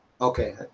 okay